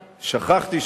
שכחתי,